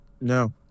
no